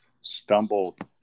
stumbled